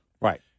Right